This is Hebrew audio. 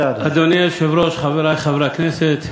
אדוני היושב-ראש, חברי חברי הכנסת,